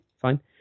fine